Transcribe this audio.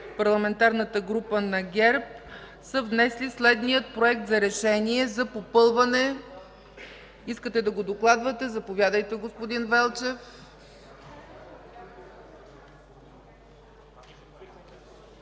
Парламентарната група на ГЕРБ, са внесли следните проекти за решения за попълване... Искате да ги докладвате? Заповядайте, господин Велчев.